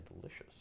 delicious